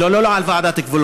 לא, לא, לא על ועדת גבולות.